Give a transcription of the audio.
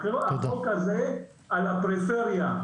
החוק הזה על הפריפריה,